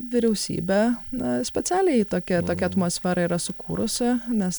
vyriausybė na specialiai tokia tokią atmosferą yra sukūrusi nes